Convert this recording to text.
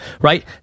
right